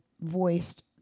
voiced